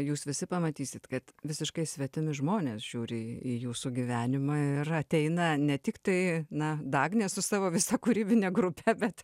jūs visi pamatysit kad visiškai svetimi žmonės žiūri į jūsų gyvenimą ir ateina ne tiktai na dagnė su savo visa kūrybine grupe bet